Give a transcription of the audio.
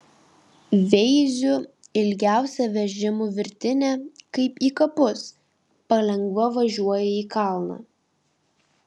veiziu ilgiausia vežimų virtinė kaip į kapus palengva važiuoja į kalną